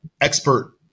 expert